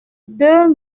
deux